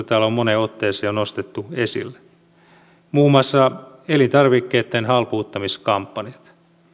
täällä on moneen otteeseen jo nostettu esille muun muassa elintarvikkeitten halpuuttamiskampanjat